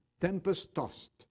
tempest-tossed